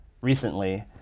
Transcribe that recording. Recently